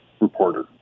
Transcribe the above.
reporter